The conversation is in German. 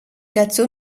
dazu